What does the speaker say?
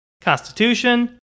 Constitution